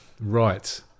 Right